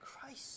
Christ